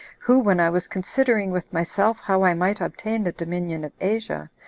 who, when i was considering with myself how i might obtain the dominion of asia,